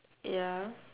ya